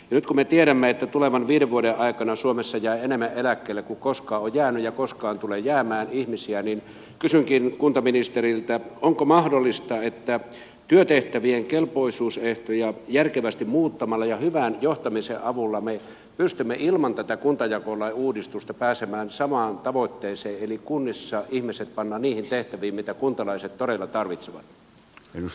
nyt kun me tiedämme että tulevan viiden vuoden aikana suomessa jää eläkkeelle enemmän ihmisiä kuin koskaan on jäänyt ja koskaan tulee jäämään niin kysynkin kuntaministeriltä onko mahdollista että työtehtävien kelpoisuusehtoja järkevästi muuttamalla ja hyvän johtamisen avulla me pystyisimme ilman tätä kuntajakolain uudistusta pääsemään samaan tavoitteeseen eli kunnissa ihmiset pannaan niihin tehtäviin mitä kuntalaiset todella tarvitsevat